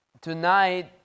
tonight